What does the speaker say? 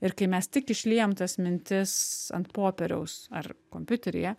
ir kai mes tik išliejam tas mintis ant popieriaus ar kompiuteryje